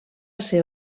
ser